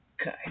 Okay